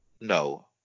no